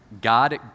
God